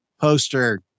poster